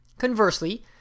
Conversely